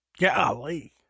Golly